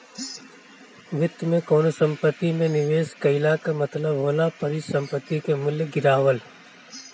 वित्त में कवनो संपत्ति में निवेश कईला कअ मतलब होला परिसंपत्ति के मूल्य गिरावल